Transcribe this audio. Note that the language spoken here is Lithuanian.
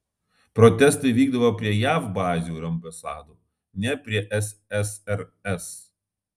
protestai vykdavo prie jav bazių ir ambasadų ne prie ssrs